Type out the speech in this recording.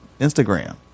Instagram